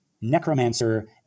necromancer